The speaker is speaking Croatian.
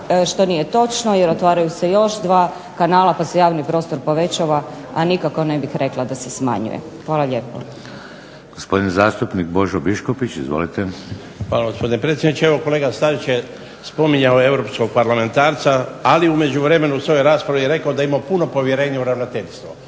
što nije točno jer otvaraju se još 2 kanala pa se javni prostor povećava, a nikako ne bih rekla da se smanjuje. Hvala lijepo.